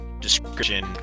description